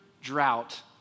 drought